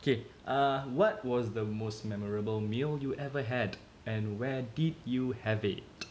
okay ah what was the most memorable meal you ever had and where did you have it